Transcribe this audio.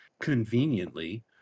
conveniently